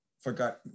forgot